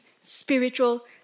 spiritual